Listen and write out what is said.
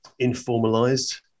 informalized